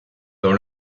dans